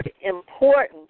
important